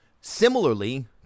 Similarly